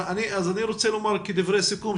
לסיכום,